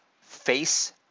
face